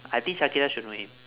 I think shakira should know him